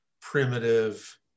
primitive